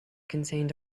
contained